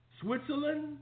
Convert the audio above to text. Switzerland